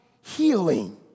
healing